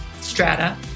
strata